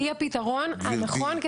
היא הפתרון הנכון.